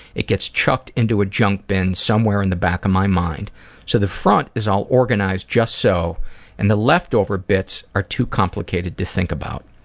it gets chucked in a junk bin somewhere in the back of my mind so the front is all organized just so and the leftover bits are too complicated to think about.